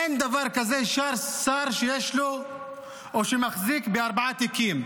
אין דבר כזה שר שיש לו או שהוא מחזיק בארבעה תיקים.